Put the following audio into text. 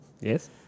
Yes